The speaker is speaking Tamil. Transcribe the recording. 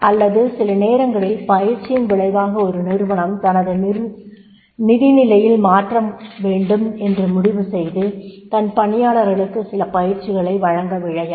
அல்லது சில நேரங்களில் பயிற்சியின் விளைவாக ஒரு நிறுவனம் தனக்கு நிதி நிலையில் மாற்றம் வேண்டும் என்று முடிவு செய்து தன் பணியாளர்களுக்கு சில பயிற்சிகளை வழங்க விழையலாம்